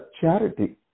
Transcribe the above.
charity